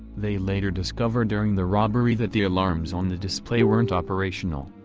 they later discovered during the robbery that the alarms on the display weren't operational.